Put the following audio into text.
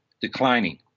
declining